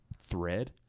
thread